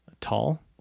tall